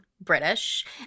British